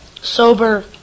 sober